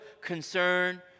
concern